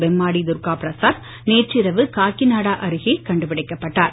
பெம்மாடி துர்கா பிரசாத் நேற்று இரவு காக்கிநாடா அருகே கண்டுபிடிக்கப்பட்டார்